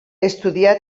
estudià